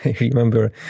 remember